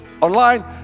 online